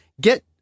get